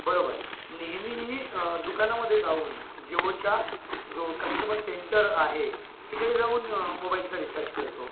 बरोबर नेहमी मी दुकानामध्ये जाऊन जेवोच्या जो कस्टमर सेंटर आहे तिकडे जाऊन मोबाईलचा रिचार्ज करतो